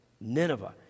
Nineveh